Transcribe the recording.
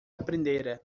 aprendera